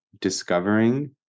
discovering